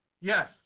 Yes